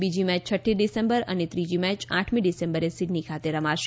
બીજી મેય છઠ્ઠી ડિસેમ્બરે અને ત્રીજી મેય આઠ ડિસેમ્બરે સીડની ખાતે રમાશે